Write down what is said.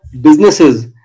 businesses